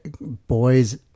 boys